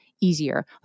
easier